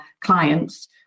clients